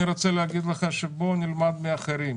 אני רוצה להגיד לך בוא נלמד מאחרים,